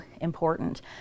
important